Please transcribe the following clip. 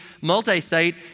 multi-site